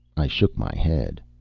i shook my head.